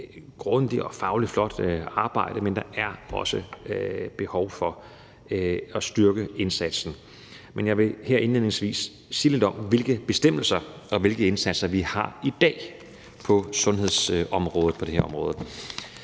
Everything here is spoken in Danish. grundigt og fagligt flot arbejde, men der er også behov for at styrke indsatsen. Men jeg vil her indledningsvis sige lidt om, hvilke bestemmelser og hvilke indsatser vi har i dag på sundhedsområdet